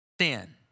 sin